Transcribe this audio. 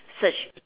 search